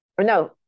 no